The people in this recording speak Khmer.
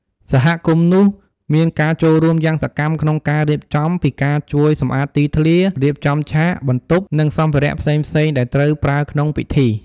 សហគមន៍នោះ មានការចូលរួមយ៉ាងសកម្មក្នុងការរៀបចំ ពីការជួយសម្អាតទីធ្លា រៀបចំឆាក បន្ទប់ និងសម្ភារៈផ្សេងៗដែលត្រូវប្រើក្នុងពិធី។